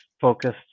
focused